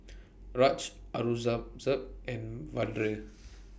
Raj Aurangzeb and Vedre